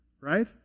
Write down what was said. right